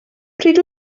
pryd